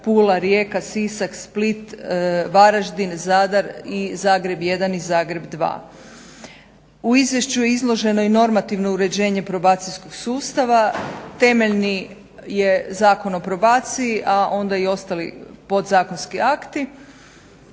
Pula, Rijeka, Sisak, Split, Varaždin, Zadar i Zagreb 1 i Zagreb 2. U izvješću je izloženo i normativno uređenje probacijskog sustava. Temeljni je Zakon o probaciji, a onda i ostali podzakonski akti.